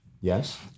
Yes